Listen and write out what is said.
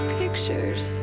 pictures